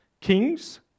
Kings